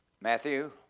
Matthew